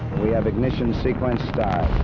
we have ignition sequence start,